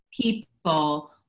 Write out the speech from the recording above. people